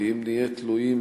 כי אם נהיה תלויים